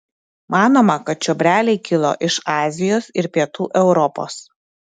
manoma kad čiobreliai kilo iš azijos ir pietų europos